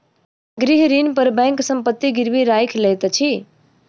गृह ऋण पर बैंक संपत्ति गिरवी राइख लैत अछि